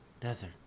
desert